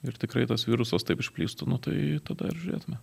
ir tikrai tas virusas taip išplistų nu tai tada ir žiūrėtume